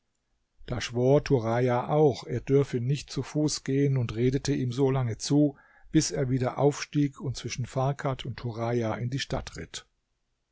schwor turaja auch er dürfe nicht zu fuß gehen und redete ihm solange zu bis er wieder aufstieg und zwischen farkad und turaja in die stadt